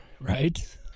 right